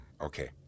okay